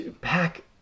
pack